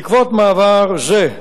בעקבות מעבר זה,